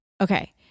Okay